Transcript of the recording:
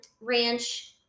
ranch